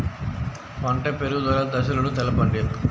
పంట పెరుగుదల దశలను తెలపండి?